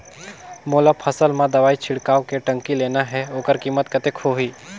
मोला फसल मां दवाई छिड़काव के टंकी लेना हे ओकर कीमत कतेक होही?